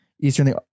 eastern